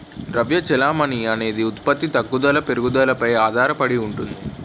ద్రవ్య చెలామణి అనేది ఉత్పత్తి తగ్గుదల పెరుగుదలపై ఆధారడి ఉంటుంది